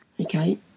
Okay